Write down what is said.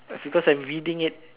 because I'm reading it